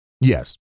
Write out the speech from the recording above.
Yes